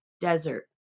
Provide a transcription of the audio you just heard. desert